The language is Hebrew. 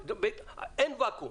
אין ואקום.